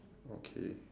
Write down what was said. okay